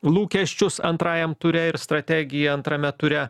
lūkesčius antrajam ture ir strategiją antrame ture